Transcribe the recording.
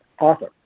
Author